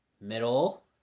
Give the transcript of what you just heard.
Middle